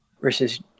versus